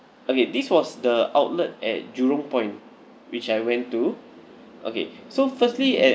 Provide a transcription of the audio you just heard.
okay this was the outlet at jurong point which I went to okay so firstly at